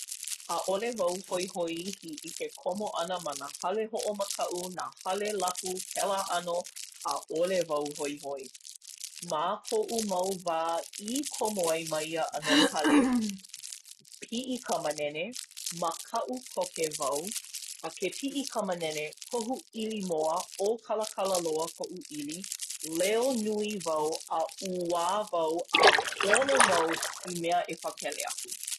ʻAʻole wau hoihoi iki i ke komo ʻana ma nā hale hoʻomakaʻu, nā hale lapu, kēlā ʻano, ʻaʻole wau hoihoi. Ma koʻu mau wā i komo ai ma ia ʻano hale, Piʻi ka manene, makaʻu koke wau, a ke piʻi ka manene kohu ʻili moa ʻōkalakala loa koʻu ʻili, leo nui wau, a uwā wau, a holo wau i mea e pakele aku.